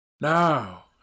Now